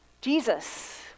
Jesus